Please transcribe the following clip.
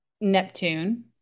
Neptune